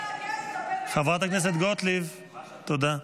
--- חברת הכנסת גוטליב, תודה.